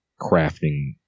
crafting